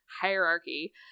hierarchy